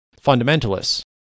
fundamentalists